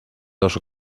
dos